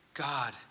God